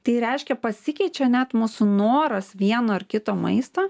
tai reiškia pasikeičia net mūsų noras vieno ar kito maisto